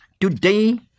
today